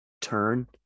turn